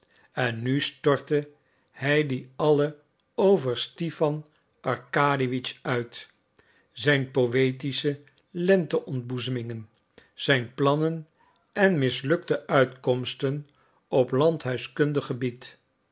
en nu stortte hij die alle over stipan arkadiewitsch uit zijn poëtische lenteontboezemingen zijn plannen en mislukte uitkomsten op landhuishoudkundig gebied